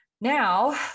Now